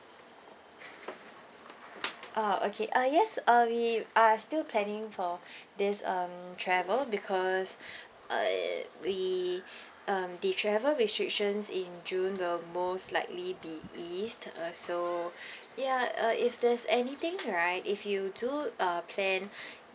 uh okay uh yes uh we are still planning for this um travel because uh we um the travel restrictions in june will most likely be eased uh so ya uh if there's anything right if you do uh plan